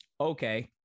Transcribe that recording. Okay